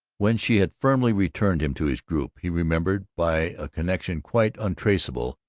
when she had firmly returned him to his group, he remembered, by a connection quite untraceable,